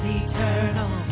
eternal